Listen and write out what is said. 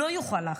לא יוכל להכניס.